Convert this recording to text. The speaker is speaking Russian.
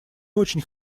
очень